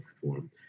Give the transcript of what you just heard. perform